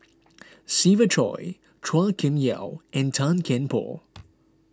Siva Choy Chua Kim Yeow and Tan Kian Por